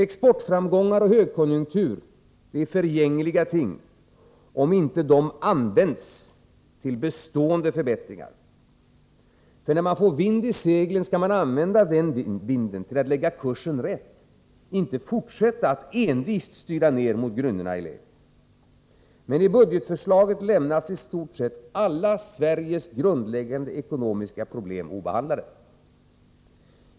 Exportframgångar och högkonjunktur är förgängliga ting, om de inte används till bestående förbättringar. Får man vind i seglen, skall den utnyttjas till att lägga kursen rätt — inte till att envist styra mot grynnorna i lä. Men i budgetförslaget lämnas i stort sett alla Sveriges grundläggande ekonomiska problem obehandlade.